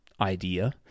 idea